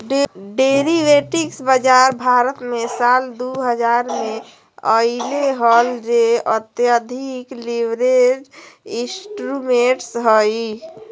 derivatives बाजार भारत मे साल दु हजार मे अइले हल जे अत्यधिक लीवरेज्ड इंस्ट्रूमेंट्स हइ